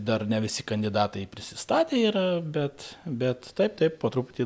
dar ne visi kandidatai prisistatę yra bet bet taip taip po truputį